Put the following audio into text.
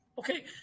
Okay